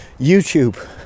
YouTube